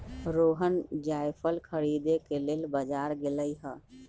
रोहण जाएफल खरीदे के लेल बजार गेलई ह